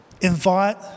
invite